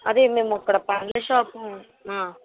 అదే మేము ఇక్కడ పళ్ళ షాపు